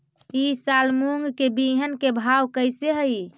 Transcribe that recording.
ई साल मूंग के बिहन के भाव कैसे हई?